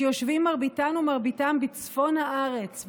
שיושבים מרביתם ומרביתן בצפון הארץ,